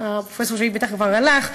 הפרופסור שלי בטח כבר הלך,